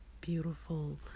beautiful